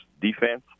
defense